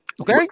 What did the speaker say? okay